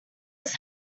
was